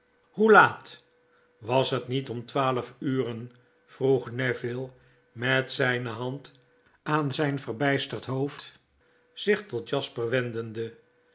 hoe laat was het niet om twaalf uren vroeg neville met zyne hand aan zijn verbjjsterd noofd zich tot jasper wendende